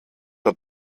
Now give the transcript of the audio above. der